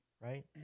right